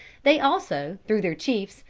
they also, through their chiefs,